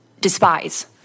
despise